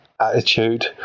attitude